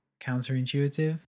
counterintuitive